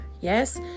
Yes